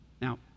Now